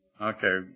Okay